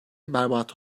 berbat